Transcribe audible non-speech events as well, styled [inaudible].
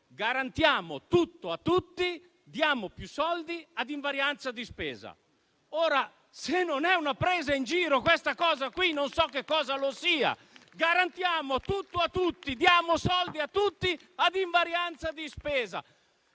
garantiamo tutto a tutti e diamo più soldi ad invarianza di spesa. Se non è una presa in giro questa, non so che cosa lo sia. [applause] Garantiamo tutto a tutti e diamo soldi a tutti ad invarianza di spesa.